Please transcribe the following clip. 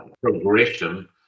progression